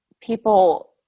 people